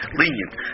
lenient